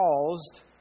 caused